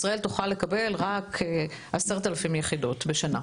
ישראל תוכל לקבל רק 10,000 יחידות בשנה.